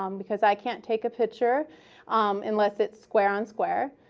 um because i can't take a picture unless it's square on square.